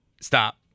stop